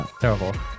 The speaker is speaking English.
terrible